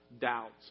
Doubts